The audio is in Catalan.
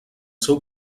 seu